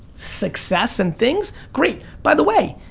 success and things, great, by the way,